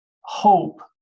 hope